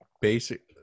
basic